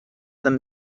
them